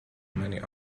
many